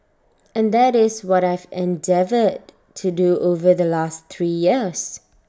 and that is what I've endeavoured to do over the last three years